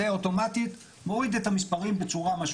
זה אוטומטית מוריד את המספרים בצורה משמעותית.